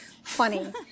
funny